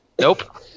Nope